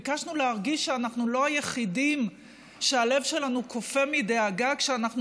ביקשנו להרגיש שאנחנו לא היחידים שהלב שלהם קופא מדאגה כשאנחנו